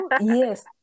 yes